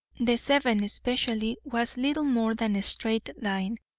the seven especially was little more than a straight line,